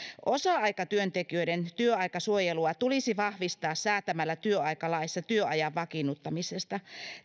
osa aikatyöntekijöiden työaikasuojelua tulisi vahvistaa säätämällä työaikalaissa työajan vakiinnuttamisesta